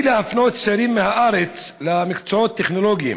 להפנות צעירים מהארץ למקצועות טכנולוגיים.